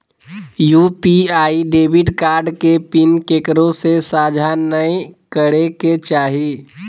UPI debit card के PIN केकरो से साझा नइ करे के चाही